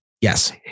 yes